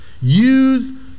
Use